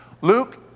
Luke